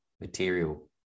material